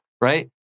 Right